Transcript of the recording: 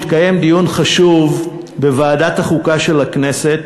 התקיים בוועדת החוקה של הכנסת